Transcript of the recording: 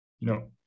No